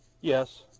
Yes